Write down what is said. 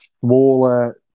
smaller